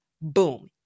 Boom